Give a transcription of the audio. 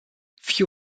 few